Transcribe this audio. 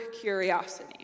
curiosity